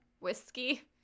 Whiskey